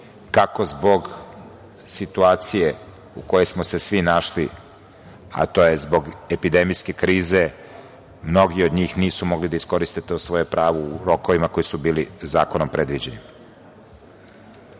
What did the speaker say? kako zbog situacije u kojoj smo se svi našli, a to je zbog epidemijske krize, mnogi od njih nisu mogli da iskoriste to svoje pravo u rokovima koji su bili zakonom predviđeni. Po